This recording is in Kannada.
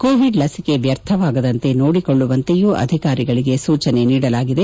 ಕೋವಿಡ್ ಲಸಿಕೆ ವ್ಯರ್ಥವಾಗದಂತೆ ನೋಡಿಕೊಳ್ಳುವಂತೆಯೂ ಅಧಿಕಾರಿಗಳಿಗೆ ಸೂಚನೆ ನೀಡಲಾಗಿದೆ